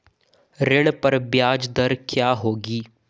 ऋण पर ब्याज दर क्या होगी?